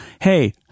Hey